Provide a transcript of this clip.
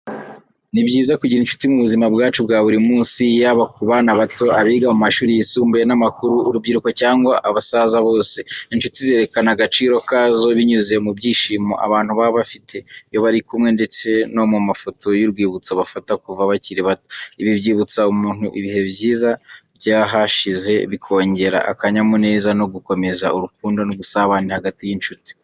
Ni byiza kugira incuti mu buzima bwacu bwa buri munsi, yaba ku bana bato, abiga mu mashuri yisumbuye n’amakuru, urubyiruko cyangwa abasaza bose. Incuti zerekana agaciro kazo binyuze mu byishimo abantu baba bafite iyo bari kumwe, ndetse no mu mafoto y’urwibutso bafata kuva bakiri bato. Ibi byibutsa umuntu ibihe byiza by'ahashize, bikongera akanyamuneza no gukomeza urukundo n’ubusabane hagati y’incuti.